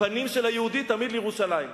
הפנים של היהודי תמיד לירושלים.